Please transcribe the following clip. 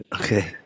Okay